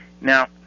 Now